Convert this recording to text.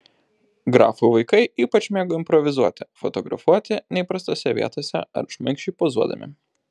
grafų vaikai ypač mėgo improvizuoti fotografuoti neįprastose vietose ar šmaikščiai pozuodami